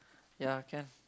ya can